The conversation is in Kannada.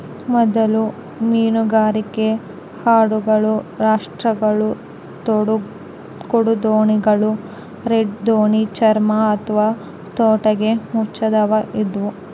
ಮೊದಲ ಮೀನುಗಾರಿಕೆ ಹಡಗುಗಳು ರಾಪ್ಟ್ಗಳು ತೋಡುದೋಣಿಗಳು ರೀಡ್ ದೋಣಿ ಚರ್ಮ ಅಥವಾ ತೊಗಟೆ ಮುಚ್ಚಿದವು ಇದ್ವು